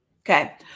Okay